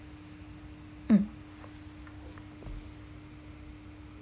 mm